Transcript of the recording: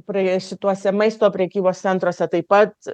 prie šituose maisto prekybos centruose taip pat